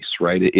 right